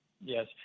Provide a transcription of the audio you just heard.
Yes